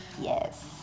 Yes